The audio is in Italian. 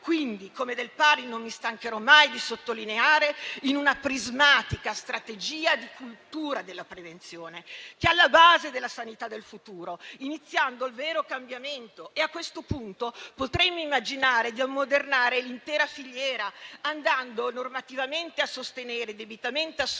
Quindi, come del pari non mi stancherò mai di sottolineare, in una prismatica strategia di cultura della prevenzione, che è alla base della sanità del futuro, iniziando il vero cambiamento. A questo punto potremmo immaginare di ammodernare l'intera filiera, andando normativamente a sostenere e debitamente a suggerire